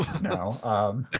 No